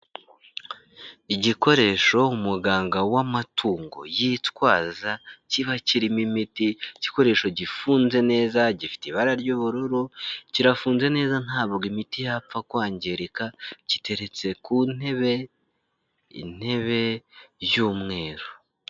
Igikoresho umuganga w'amatungo yitwaza, kiba kirimo imiti, igikoresho gifunze neza, gifite ibara ry'ubururu, kirafunze neza ntabwo imiti yapfa kwangirika, giteretse ku ntebe, intebe y'umweru.